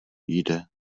jde